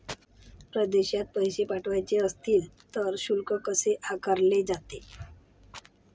परदेशात पैसे पाठवायचे असतील तर शुल्क कसे आकारले जाते?